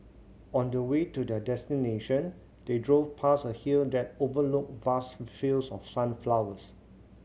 on the way to their destination they drove past a hill that overlooked vast fields of sunflowers